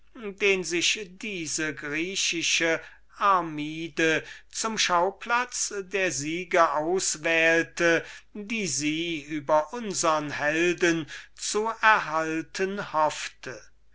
den sich diese griechische armide zum schauplatz der siege auswählte die sie über unsern helden zu erhalten hoffte